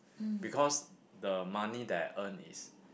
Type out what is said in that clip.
because the money that I earn is